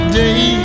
day